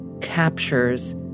captures